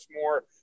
more